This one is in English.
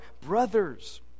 brothers